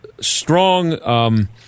strong –